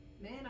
Man